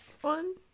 one